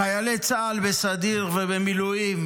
חיילי צה"ל בסדיר ובמילואים,